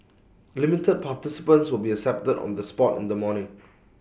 limited participants will be accepted on the spot in the morning